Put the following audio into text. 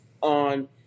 on